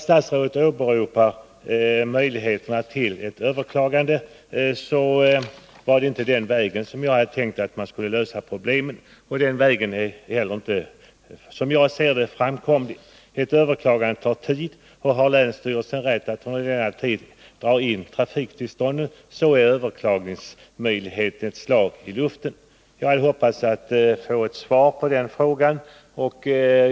Statsrådet åberopar möjligheterna till överklagande. Det var inte på den vägen jag hade tänkt att man skulle lösa problemen. Den vägen är inte heller, som jag ser det, framkomlig. Ett överklagande tar tid, och länsstyrelserna har under denna tid rätt att dra in trafiktillstånd. Därmed blir överklagningsmöjligheten ett slag i luften. Jag hoppas att få ett svar på den frågan.